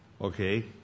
Okay